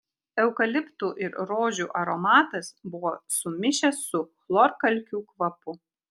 eukaliptų ir rožių aromatas buvo sumišęs su chlorkalkių kvapu